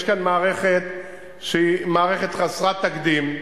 יש כאן מערכת שהיא מערכת חסרת תקדים,